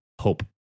Hope